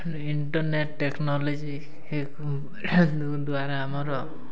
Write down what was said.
internet technology ଦ୍ୱାରା ଆମର